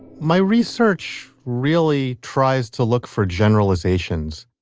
my research really tries to look for generalizations,